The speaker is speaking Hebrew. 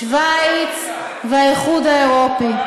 שווייץ והאיחוד האירופי.